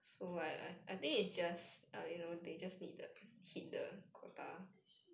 I see